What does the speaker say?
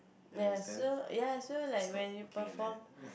ya so ya so like you perform